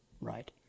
Right